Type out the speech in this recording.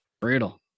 Brutal